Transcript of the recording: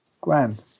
grand